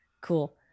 Cool